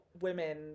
women